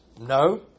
No